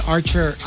Archer